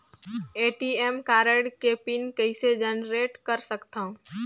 ATM card के pin कइसे generate कर सकथव?